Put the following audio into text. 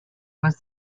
was